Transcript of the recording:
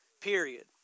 period